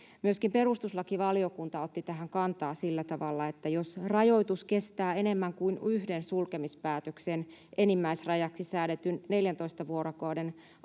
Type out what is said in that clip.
Myöskin perustuslakivaliokunta otti tähän kantaa sillä tavalla, että jos rajoitus kestää enemmän kuin yhden sulkemispäätöksen enimmäisrajaksi säädetyn 14 vuorokauden ajan,